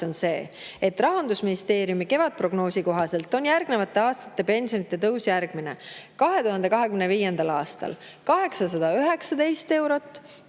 on see, et Rahandusministeeriumi kevadprognoosi kohaselt on järgnevate aastate pensionide tõus järgmine: 2025. aastal 819 eurot,